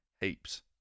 Heaps